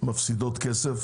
מפסידות כסף,